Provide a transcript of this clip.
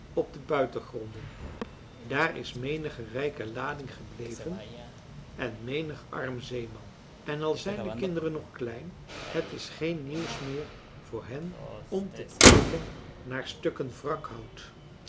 op de buitengronden daar is menige rijke lading gebleven en menig arm zeeman en al zijn de kinderen nog klein het is geen nieuws meer voor hen om te kijken naar stukken